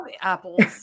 apples